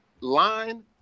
Line